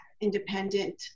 independent